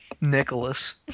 Nicholas